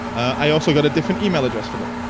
i also got a different email address for them.